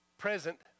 present